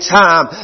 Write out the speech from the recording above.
time